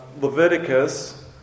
Leviticus